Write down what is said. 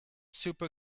super